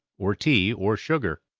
or tea, or sugar.